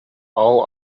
all